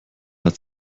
hat